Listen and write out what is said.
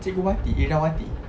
cikgu wati idawati